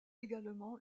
également